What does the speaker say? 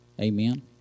Amen